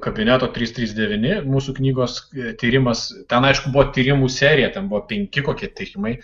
kabineto trys trys devyni mūsų knygos tyrimas ten aišku buvo tyrimų serija tebuvo penki kokie tyrimai